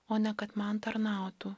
o ne kad man tarnautų